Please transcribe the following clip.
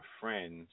friends